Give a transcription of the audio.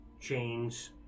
chains